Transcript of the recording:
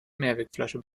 mehrwegflasche